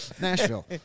Nashville